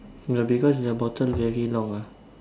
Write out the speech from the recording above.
no because the bottle very long ah